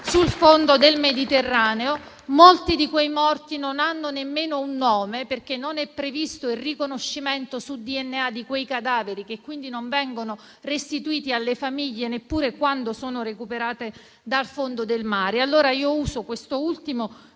sul fondo del Mediterraneo, molti dei quali non hanno nemmeno un nome, perché non è previsto il riconoscimento sul DNA di quei cadaveri, che quindi non vengono restituiti alle famiglie neppure quando sono recuperati dal fondo del mare. Uso questo ultimo